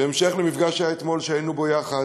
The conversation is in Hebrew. בהמשך למפגש שהיה אתמול, שהיינו בו יחד.